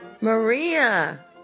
Maria